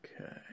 Okay